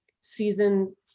season